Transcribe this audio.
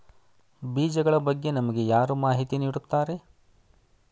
ಬೀಜಗಳ ಬಗ್ಗೆ ನಮಗೆ ಯಾರು ಮಾಹಿತಿ ನೀಡುತ್ತಾರೆ?